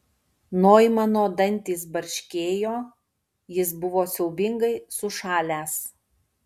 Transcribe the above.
noimano dantys barškėjo jis buvo siaubingai sušalęs